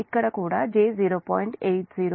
ఇక్కడ కూడా j 0